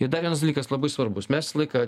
ir dar vienas dalykas labai svarbus mes visą laiką